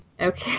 Okay